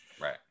Right